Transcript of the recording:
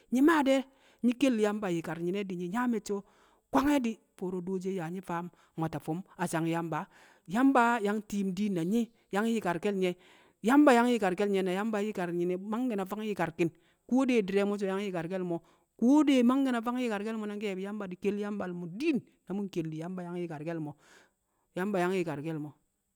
Nyi̱ maa de̱, nyi̱ kel Yamba yi̱kar nyi̱ne̱ di̱ nyi̱ yaa me̱cce̱ wu̱ kwange̱ di̱ fo̱o̱ro̱ dooshi yaa nyi̱ faam fi̱m, mwata fu̱m a sang Yamba. Yamba yang ti̱i̱m diin na nyi̱ yang yi̱karke̱l nye̱, Yamba yang yi̱karke̱l nye̱, na Yamba nyi̱kar nyi̱ne̱ bu̱ di̱ mangke̱ na fang yi̱karki̱n Kuwo de di̱re̱ mu̱ so̱ yang yi̱karke̱l mo̱. Ko dai mangkẹ na fang yi̱karke̱l mo̱ kel Yambal mo̱ diin, na mu̱ nkel di̱ Yamba yang yi̱karkẹl mo̱. Yamba yang yi̱karkẹl mo̱